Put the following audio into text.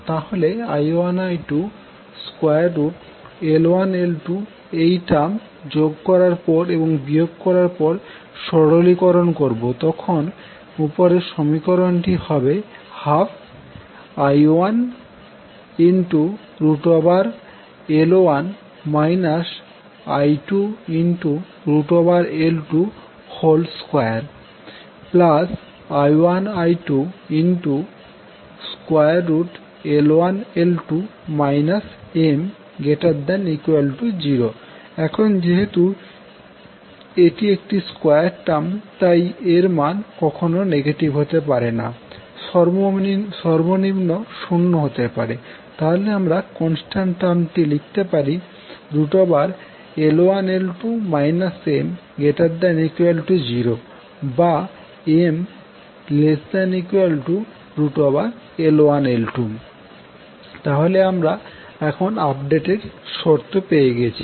তাহলে যখন i1i2L1L2এই টার্ম যোগ করার পর এবং বিয়োগ করার পর সরলীকরণ করবো তখন উপরের সমীকরণটি হবে 12i1L1 i2L22i1i2L1L2 M≥0 এখন যেহেতু এটি একটি স্কোয়ার টার্ম তাই এর মান কখনো নেগেটিভ হতে পারে না সর্বনিম্ন শূন্য হতে পারে তাহলে আমরা কনস্ট্যান্ট টার্মটিকে লিখতে পারি L1L2 M≥0⇒M≤L1L2 তাহলে আমরা এখন আপডেটেড শর্ত পেয়ে গেছি